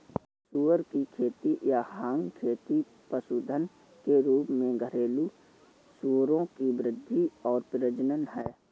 सुअर की खेती या हॉग खेती पशुधन के रूप में घरेलू सूअरों की वृद्धि और प्रजनन है